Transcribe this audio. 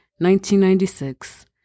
1996